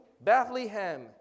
Bethlehem